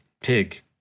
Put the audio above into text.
pig